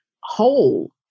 whole